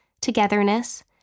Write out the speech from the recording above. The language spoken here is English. togetherness